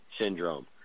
syndrome